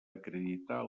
acreditar